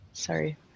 Sorry